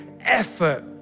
effort